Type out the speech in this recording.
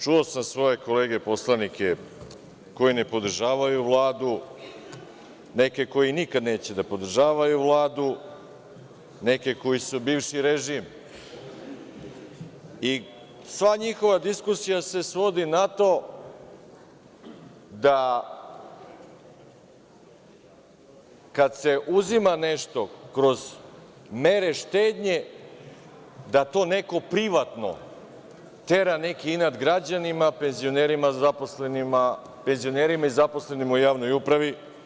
Čuo sam svoje kolege poslanike, koji ne podržavaju Vladu, neke koji nikad neće da podržavaju Vladu, neke koji su bivši režim i sva njihova diskusija se svodi na to, da kada se uzima nešto kroz mere štednje, da to neko privatno tera neki inat građanima, penzionerima i zaposlenima u javnoj upravi.